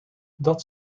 dat